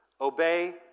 obey